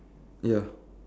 ya